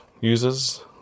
uses